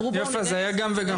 יפה, זה היה גם וגם.